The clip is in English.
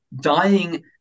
dying